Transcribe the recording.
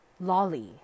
Lolly